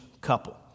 couple